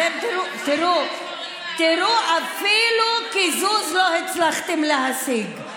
תראו, אפילו קיזוז לא הצלחתם להשיג.